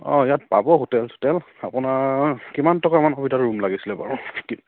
অঁ ইয়াত পাব হোটেল চোটেল আপোনাৰ কিমান টকামান সুবিধাৰ ৰুম লাগিছিলে বাৰু